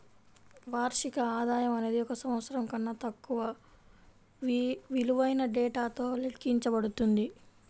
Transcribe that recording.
వార్షిక ఆదాయం అనేది ఒక సంవత్సరం కన్నా తక్కువ విలువైన డేటాతో లెక్కించబడుతుంది